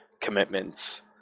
commitments